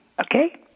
okay